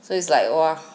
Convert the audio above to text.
so it's like !wah!